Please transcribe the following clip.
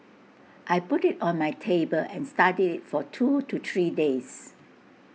I put IT on my table and studied IT for two to three days